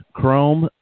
Chrome